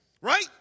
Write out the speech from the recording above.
Right